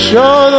Show